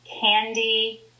candy